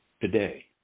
today